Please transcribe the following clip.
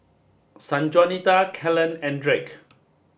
Sanjuanita Kellen and Drake